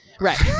right